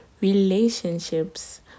relationships